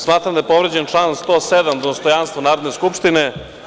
Smatram da je povređen član 107. dostojanstvo Narodne skupštine.